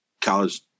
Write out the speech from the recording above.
college